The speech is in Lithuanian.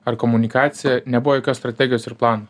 ar komunikacija nebuvo jokios strategijos ir plano